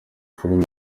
filime